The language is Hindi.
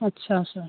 अच्छा सर